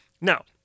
Now